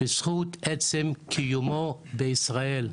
בזכות עצם קיומה בישראל,